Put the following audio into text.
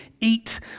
eat